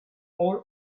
all